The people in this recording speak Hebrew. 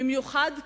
במיוחד כעת,